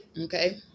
okay